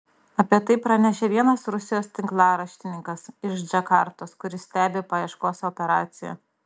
apie tai pranešė vienas rusijos tinklaraštininkas iš džakartos kuris stebi paieškos operaciją